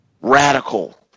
Radical